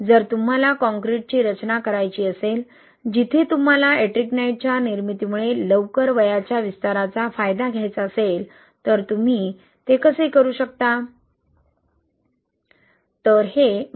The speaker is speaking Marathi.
जर तुम्हाला काँक्रीटची रचना करायची असेल जिथे तुम्हाला Ettringite च्या निर्मितीमुळे लवकर वयाच्या विस्ताराचा फायदा घ्यायचा असेल तर तुम्ही ते कसे करू शकता